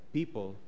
People